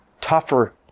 tougher